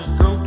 go